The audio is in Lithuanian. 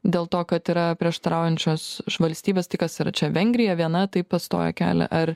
dėl to kad yra prieštaraujančios valstybės tai kas yra čia vengrija viena tai pastojo kelią ar